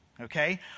Okay